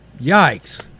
Yikes